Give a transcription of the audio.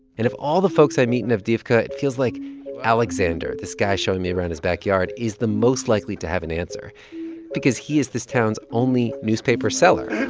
and of all the folks i meet in avdiivka, it feels like alexander, this guy showing me around his backyard, is the most likely to have an answer because he is this town's only newspaper seller